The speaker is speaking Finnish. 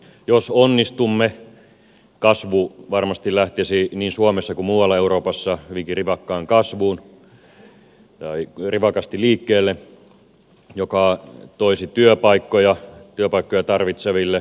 jos onnistumme kasvu varmasti lähtisi niin suomessa kuin muualla euroopassa hyvinkin rivakkaan kasvuun rivakasti liikkeelle mikä toisi työpaikkoja työpaikkoja tarvitseville